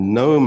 no